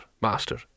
master